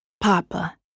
Papa